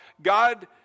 God